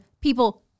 people